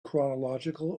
chronological